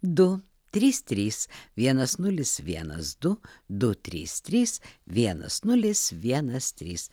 du trys trys vienas nulis vienas du du trys trys vienas nulis vienas trys